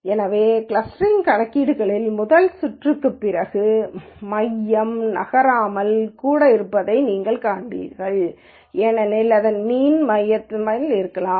எனவே கிளஸ்டரிங் கணக்கீடுகளின் முதல் சுற்றுக்குப் பிறகு மையம் நகராமல் கூட இருப்பதை நீங்கள் காண்பீர்கள் ஏனெனில் இதன் மீன் மையத்தில் இருக்கலாம்